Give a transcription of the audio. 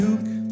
Duke